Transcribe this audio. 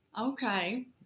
Okay